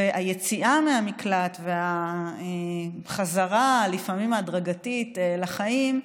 והיציאה מהמקלט והחזרה, לפעמים ההדרגתית, לחיים,